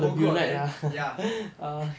whole group of them ya